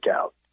out